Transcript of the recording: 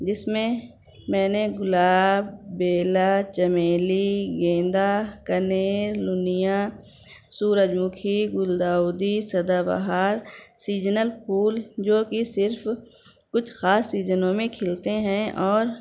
جس میں میں نے گلاب بیلا چمیلی گیندا کنیر لنیا سورج مکھی گل داؤدی سدا بہار سیزنل پھول جو کہ صرف کچھ خاص سیزنوں میں کھلتے ہیں اور